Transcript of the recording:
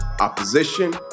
opposition